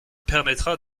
permettra